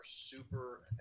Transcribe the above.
super